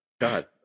God